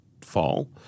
fall